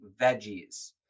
veggies